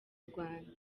rwanda